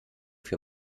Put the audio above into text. für